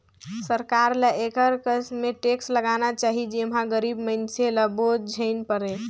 सरकार ल एकर कस में टेक्स लगाना चाही जेम्हां गरीब मइनसे ल बोझ झेइन परे